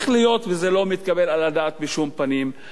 וזה לא מתקבל על הדעת בשום פנים ואופן.